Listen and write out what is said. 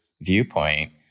viewpoint